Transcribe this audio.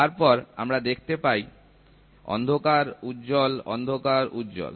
তারপর আমরা দেখতে পাই অন্ধকার উজ্জ্বল অন্ধকার উজ্জ্বল